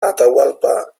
atahualpa